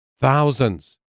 Thousands